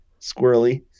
Squirrely